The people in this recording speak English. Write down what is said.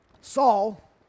Saul